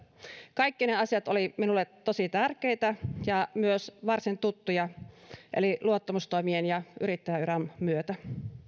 kaikki ne asiat olivat minulle tosi tärkeitä ja myös varsin tuttuja luottamustoimien ja yrittäjäuran myötä